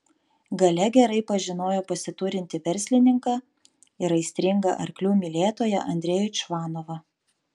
galia gerai pažinojo pasiturintį verslininką ir aistringą arklių mylėtoją andrejų čvanovą